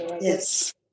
Yes